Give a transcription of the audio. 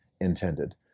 intended